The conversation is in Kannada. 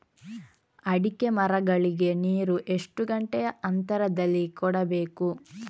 ಅಡಿಕೆ ಮರಗಳಿಗೆ ನೀರು ಎಷ್ಟು ಗಂಟೆಯ ಅಂತರದಲಿ ಕೊಡಬೇಕು?